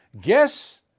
Guess